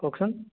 কওকচোন